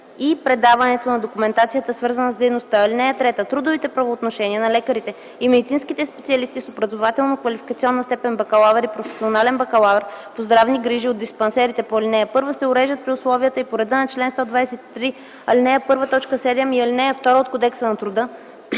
и предаването на документацията свързана с дейността. (3) Трудовите правоотношения на лекарите и медицинските специалисти с образователно-квалификационна степен „бакалавър” и „професионален бакалавър” по здравни грижи от диспансерите по ал. 1 се уреждат при условията и по реда на чл. 123, ал. 1, т. 7 и ал. 2 от Кодекса на труда,